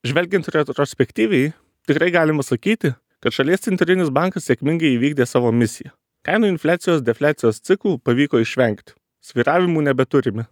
žvelgiant retrospektyviai tikrai galima sakyti kad šalies centrinis bankas sėkmingai įvykdė savo misiją kainų infliacijos defliacijos ciklų pavyko išvengti svyravimų nebeturime